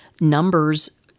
numbers